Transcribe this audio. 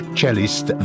cellist